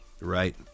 right